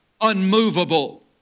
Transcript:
unmovable